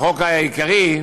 לחוק העיקרי,